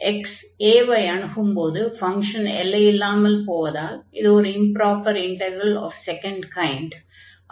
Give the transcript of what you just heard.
x a ஐ அணுகும் போது ஃபங்ஷன் எல்லை இல்லாமல் போவதால் இது ஒரு improper integral of second kind ஆகும்